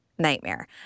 nightmare